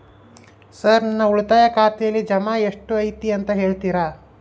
Sir ನನ್ನ ಉಳಿತಾಯ ಖಾತೆಯಲ್ಲಿ ಜಮಾ ಎಷ್ಟು ಐತಿ ಅಂತ ಹೇಳ್ತೇರಾ?